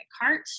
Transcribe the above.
cart